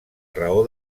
raó